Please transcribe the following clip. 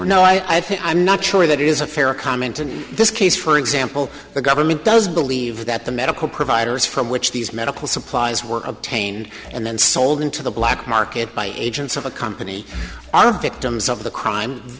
think i'm not sure that is a fair comment in this case for example the government does believe that the medical providers from which these medical supplies were obtained and then sold into the black market by agents of a company are victims of the crime